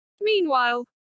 Meanwhile